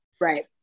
Right